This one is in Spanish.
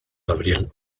gabriel